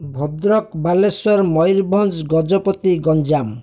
Bhadrak Balasore Mayurbhanj Gajapati Ganjam